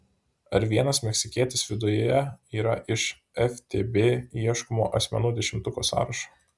ar vienas meksikietis viduje yra iš ftb ieškomų asmenų dešimtuko sąrašo